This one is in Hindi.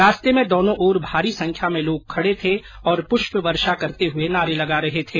रास्ते में दोनों ओर भारी संख्या में लोग खड़े थे और पुष्प वर्षा करते हुए नारे लगा रहे थे